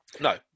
No